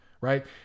right